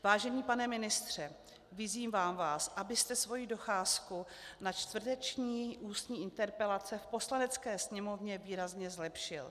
Vážený pane ministře, vyzývám vás, abyste svoji docházku na čtvrteční ústní interpelace v Poslanecké sněmovně výrazně zlepšil.